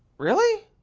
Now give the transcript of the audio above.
really?